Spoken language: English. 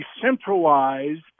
decentralized